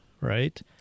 right